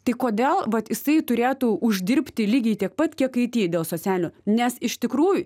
tai kodėl vat jisai turėtų uždirbti lygiai tiek pat kiek it dėl socialinio nes iš tikrųjų